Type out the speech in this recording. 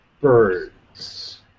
birds